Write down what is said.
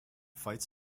fights